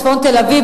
בצפון תל-אביב,